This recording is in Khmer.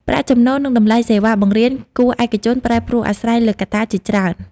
ប្រាក់ចំណូល និងតម្លៃសេវាបង្រៀនគួរឯកជនប្រែប្រួលអាស្រ័យលើកត្តាជាច្រើន។